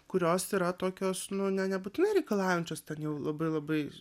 kurios yra tokios nu nebūtinai reikalaujančios ten jau labai labai